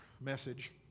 Message